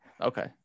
okay